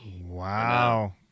Wow